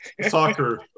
soccer